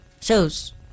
shows